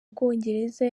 bwongereza